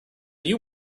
you